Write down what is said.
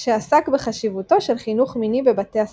שעסק בחשיבותו של חינוך מיני בבתי ספר.